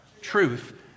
truth